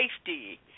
safety